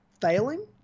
failing